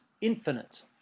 infinite